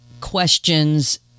questions